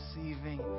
receiving